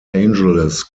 angeles